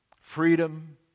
freedom